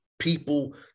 people